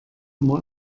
immer